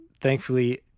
thankfully